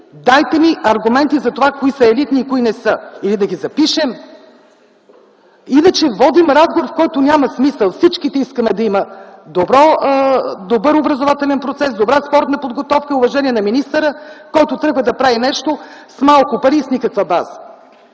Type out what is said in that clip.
дайте ми аргументи за това кои са елитни и кои не са, или да ги запишем, иначе водим разговор, в който няма смисъл. Всички искаме да има добър образователен процес, добра спортна подготовка. Уважение на министъра, който тръгва да прави нещо с малко пари и с никаква база,